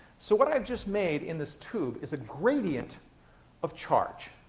so what i've just made in this tube is a gradient of charge.